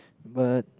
but